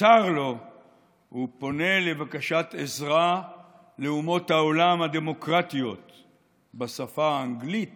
בצר לו הוא פונה בבקשת עזרה לאומות העולם הדמוקרטיות בשפה האנגלית